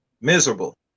miserable